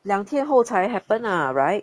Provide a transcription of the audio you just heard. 两天后才 happen lah right